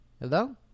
Hello